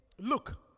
Look